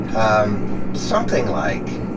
um something like,